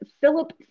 Philip